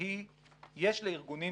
שיש לארגונים